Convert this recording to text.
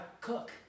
Cook